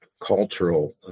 cultural